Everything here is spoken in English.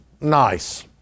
nice